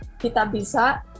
Kitabisa